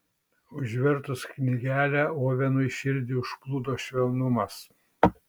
užvertus knygelę ovenui širdį užplūdo švelnumas